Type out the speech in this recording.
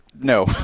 No